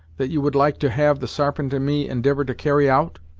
that you would like to have the sarpent and me indivour to carry out?